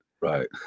Right